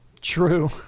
True